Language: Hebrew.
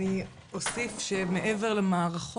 אני אוסיף שמעבר למערכות,